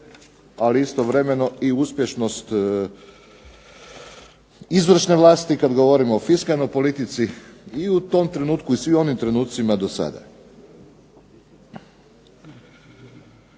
ali istovremeno i uspješnost izvršne vlasti kad govorimo o fiskalnoj politici i u tom trenutku i svim onim trenucima do sada.